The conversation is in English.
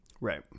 Right